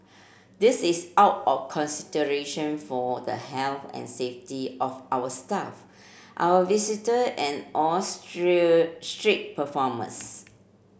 this is out of consideration for the health and safety of our staff our visitor and all street performers